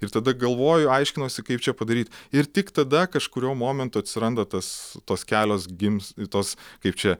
ir tada galvoju aiškinuosi kaip čia padaryt ir tik tada kažkuriuo momentu atsiranda tas tos kelios gims tos kaip čia